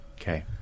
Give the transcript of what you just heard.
Okay